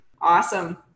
Awesome